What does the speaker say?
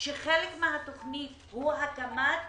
שחלק מהתוכנית הוא הקמת